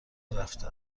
رفته